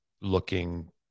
looking